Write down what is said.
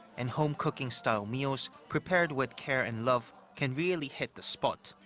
and home-cooking style meals, prepared with care and love, can really hit the spot.